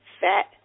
Fat